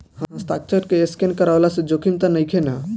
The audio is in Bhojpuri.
हस्ताक्षर के स्केन करवला से जोखिम त नइखे न?